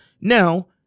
Now